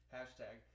Hashtag